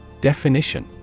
Definition